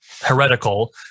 heretical